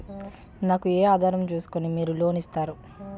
నాకు ఏ ఆధారం ను చూస్కుని మీరు లోన్ ఇస్తారు?